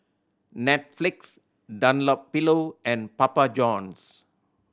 Netflix Dunlopillo and Papa Johns